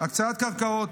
הקצאת קרקעות,